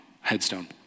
headstone